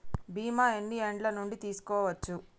బీమా ఎన్ని ఏండ్ల నుండి తీసుకోవచ్చు?